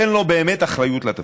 אין לו באמת אחריות לתפקיד.